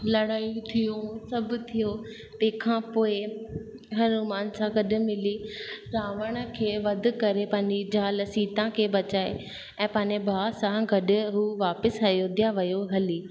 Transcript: लड़ाई थियूं सभु थियो तंहिंखां पोइ हनुमान सां गॾु मिली रावण खे वध करे पंहिंजी ज़ाल सीता खे बचाए ऐं पंहिंजे भाउ सां गॾु हू वापसि अयोध्या वियो हली